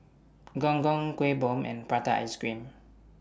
Gong Gong Kuih Bom and Prata Ice Cream